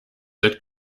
that